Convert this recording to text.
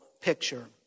picture